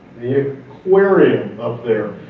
the aquarium up there.